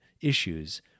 issues